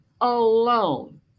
alone